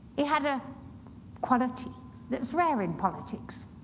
he had a quality that's rare in politics,